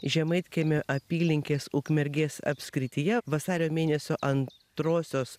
žemaitkiemio apylinkės ukmergės apskrityje vasario mėnesio antrosios